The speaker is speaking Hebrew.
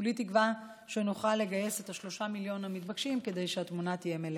כולי תקווה שנוכל לגייס 3 המיליון המתבקשים כדי שהתמונה תהיה מלאה.